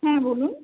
হ্যাঁ বলুন